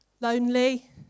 Lonely